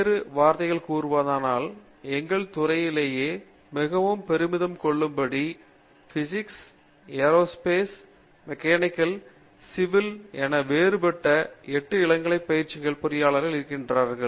வேறு வார்த்தைகளில் கூறுவதானால் எங்கள் துறையிலேயே மிகவும் பெருமிதம் கொள்ளும்படி பிசிக்ஸ் ஏரோஸ்பேஸ் மெக்கானிக்கல் மற்றும் சிவில் என வேறுபட்ட 8 இளங்கலை பயிற்சிகளிலிருந்து பொறியாளர்கள் இருக்கிறார்கள்